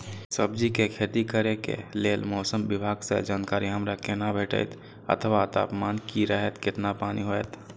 सब्जीके खेती करे के लेल मौसम विभाग सँ जानकारी हमरा केना भेटैत अथवा तापमान की रहैत केतना पानी होयत?